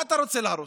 מה אתה רוצה להרוס?